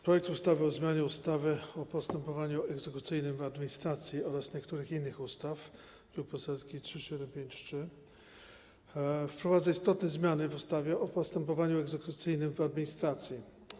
Projekt ustawy o zmianie ustawy o postępowaniu egzekucyjnym w administracji oraz niektórych innych ustaw, druk poselski nr 3753, wprowadza istotne zmiany w ustawie o postępowaniu egzekucyjnym w administracji.